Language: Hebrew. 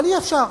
אבל אי-אפשר.